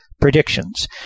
predictions